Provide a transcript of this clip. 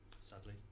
Sadly